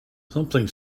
something